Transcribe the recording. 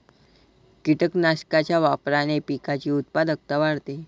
कीटकनाशकांच्या वापराने पिकाची उत्पादकता वाढते